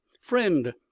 friend